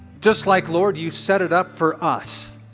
just like, lord, you set it up for us